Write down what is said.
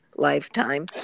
lifetime